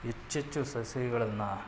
ಹೆಚ್ಚೆಚ್ಚು ಸಸಿಗಳನ್ನು